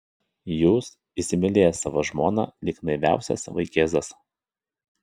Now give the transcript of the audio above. jūs įsimylėjęs savo žmoną lyg naiviausias vaikėzas